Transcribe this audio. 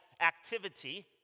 activity